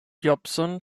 jobson